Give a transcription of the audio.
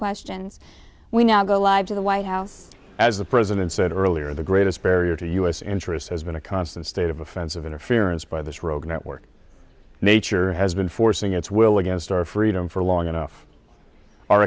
questions we now go live to the white house as the president said earlier the greatest barrier to u s interests has been a constant state of offensive interference by this rogue network nature has been forcing its will against our freedom for long enough our